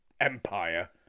Empire